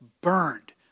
burned